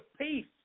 peace